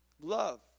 Love